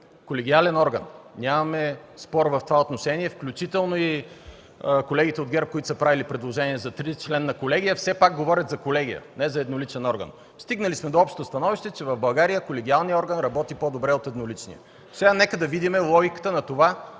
колегиален орган. Нямаме спор в това отношение, включително и колегите от ГЕРБ, които са правили предложение за тричленна колегия, все пак говорят за колегия, не за едноличен орган. Стигнали сме до общото становище, че в България колегиалният орган работи по-добре от едноличния. Сега нека да видим логиката на това